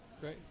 Great